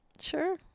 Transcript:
Sure